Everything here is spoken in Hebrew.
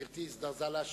גברתי הזדרזה להשיב,